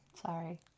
Sorry